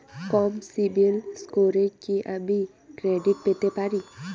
কম সিবিল স্কোরে কি আমি ক্রেডিট পেতে পারি?